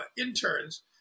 interns